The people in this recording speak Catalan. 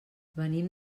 venim